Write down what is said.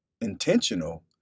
intentional